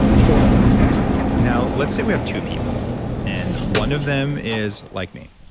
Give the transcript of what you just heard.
truly now, let's say we have two people and one of them is like me.